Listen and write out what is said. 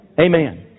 Amen